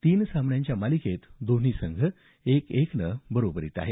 तीन सामन्यांच्या मालिकेत दोन्ही संघ एक एकनं बरोबरीत आहेत